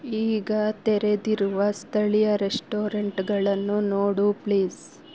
ಈಗ ತೆರೆದಿರುವ ಸ್ಥಳೀಯ ರೆಶ್ಟೋರೆಂಟ್ಗಳನ್ನು ನೋಡು ಪ್ಲೀಸ್